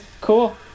cool